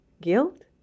guilt